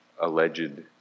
alleged